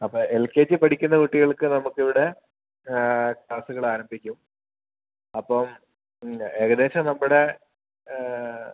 അപ്പോൾ L K G പഠിക്കുന്ന കുട്ടികൾക്ക് നമുക്ക് ഇവിടെ ക്ലാസുകൾ ആരംഭിക്കും അപ്പോൾ ഏകദേശം നമ്മുടെ